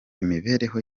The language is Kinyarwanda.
imibereho